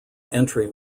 entry